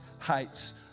heights